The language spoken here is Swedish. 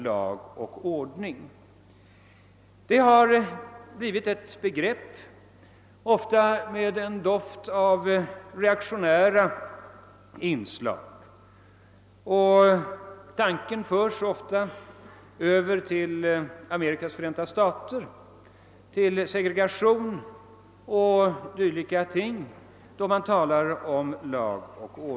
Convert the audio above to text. Lag och ordning har blivit begrepp som anses ha en reaktionär biton, och tanken förs ofta över till Amerikas förenta stater, till segregation och dylika företeelser.